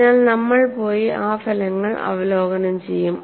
അതിനാൽ നമ്മൾ പോയി ആ ഫലങ്ങൾ അവലോകനം ചെയ്യും